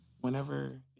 Whenever